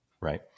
right